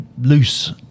loose